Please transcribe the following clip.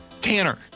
Tanner